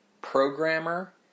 programmer